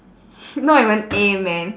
not even A man